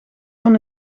van